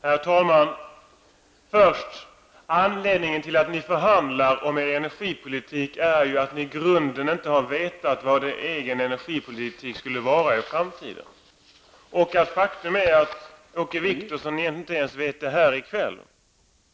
Herr talman! Anledningen till att ni förhandlar om er energipolitik är ju att ni i grunden inte vet vad er egen energipolitik skall vara i framtiden. Faktum är att Åke Wictorsson inte ens vet det här i kväll.